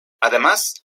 además